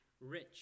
rich